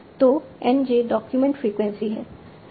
तो n j document frequency है